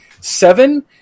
Seven